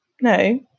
No